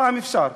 הפעם אפשר.